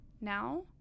now